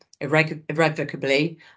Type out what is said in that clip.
irrevocably